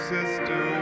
Sister